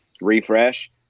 refresh